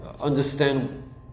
understand